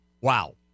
Wow